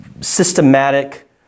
systematic